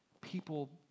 people